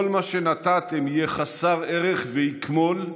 "כל מה שנטעתם יהיה חסר ערך ויקמול,